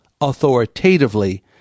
authoritatively